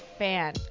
fan